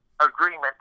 agreement